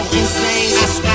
insane